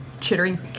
chittering